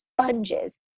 sponges